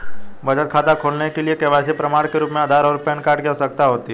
बचत खाता खोलने के लिए के.वाई.सी के प्रमाण के रूप में आधार और पैन कार्ड की आवश्यकता होती है